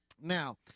Now